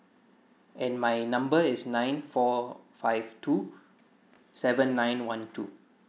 and my number is nine four five two seven nine one two